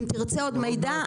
אם תרצה עוד מידע,